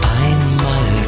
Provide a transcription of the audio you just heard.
einmal